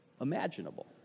imaginable